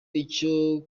icyo